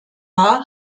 war